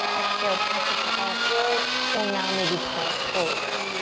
exhale, press up to all fours or now maybe plank pose.